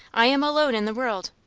i am alone in the world!